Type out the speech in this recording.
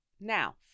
now